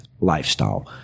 lifestyle